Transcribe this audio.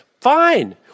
fine